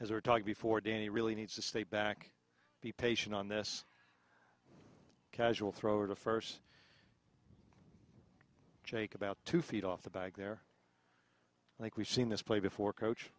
as we're talking before danny really needs to stay back be patient on this casual throw to first jake about two feet off the back there like we've seen this play before coach